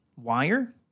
Wire